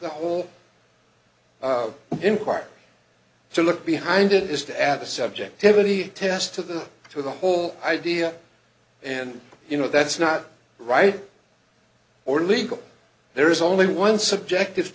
the whole in part to look behind it is to add a subjectivity test to the to the whole idea and you know that's not right or legal there is only one subjective